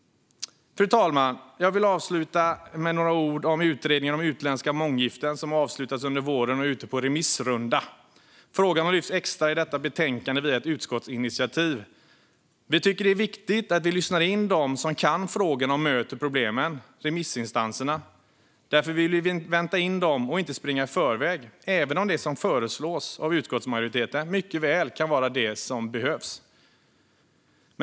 Fru talman! Jag vill avsluta med några ord om utredningen om utländska månggiften som har avslutats under våren och är ute på remissrunda. Frågan har lyfts extra i detta betänkande via ett utskottsinitiativ. Vi tycker att det är viktigt att lyssna in dem som kan frågorna och möter problemen, alltså remissinstanserna. Därför vill vi vänta in svaren från dem och inte springa i förväg, även om det som föreslås av utskottsmajoriteten mycket väl kan vara det som behövs.